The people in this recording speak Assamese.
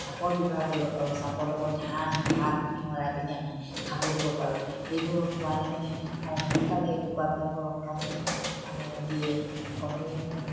চাপৰ ব্যৱহাৰ কৰিব পাৰোঁ চাপৰ লগত ধান ভাত মিহলাই পিনি আমি খাব দিব পাৰোঁ সেইবোৰক খোৱালে মানে সোনকালে কুকুৰাবিলাকৰ কণী মানে দিয়ে কণীও